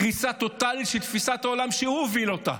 קריסה טוטלית של תפיסת העולם שהוא הוביל אותה.